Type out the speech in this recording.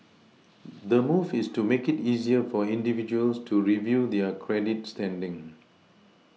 the move is to make it easier for individuals to review their credit standing